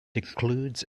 includes